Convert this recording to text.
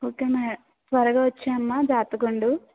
ఒకేమా త్వరగా వచ్చేయమ్మా జాగ్రత్తగా ఉండు